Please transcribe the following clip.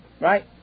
Right